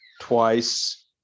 twice